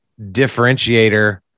differentiator